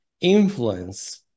influence